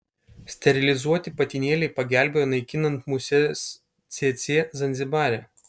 sterilizuoti patinėliai pagelbėjo naikinant muses cėcė zanzibare